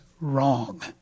wrong